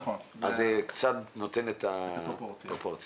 זה קצת נותן את הפרופורציה.